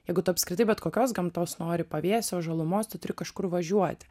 jeigu tu apskritai bet kokios gamtos nori pavėsio žalumos tu turi kažkur važiuoti